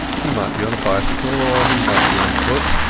he might be on a bicycle or he might be on foot